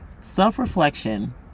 Self-reflection